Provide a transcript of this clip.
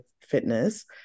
fitness